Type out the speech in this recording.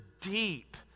deep